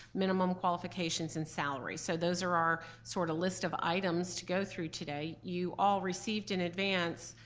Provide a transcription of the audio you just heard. minimum qualifications and salary. so those are our sort of list of items to go through today. you all received an advance,